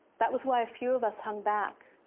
that was why a few of us hung back,